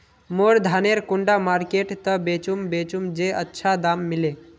मोर धानेर कुंडा मार्केट त बेचुम बेचुम जे अच्छा दाम मिले?